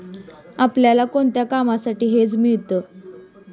आपल्याला कोणत्या कामांसाठी हेज मिळतं?